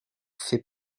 fait